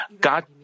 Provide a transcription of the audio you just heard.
God